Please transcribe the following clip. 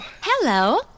Hello